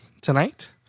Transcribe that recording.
tonight